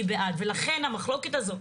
אני בעד ולכן המחלוקת הזו,